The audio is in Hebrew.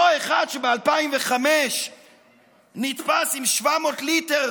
אותו אחד שב-2005 נתפס עם 700 ליטר